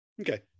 Okay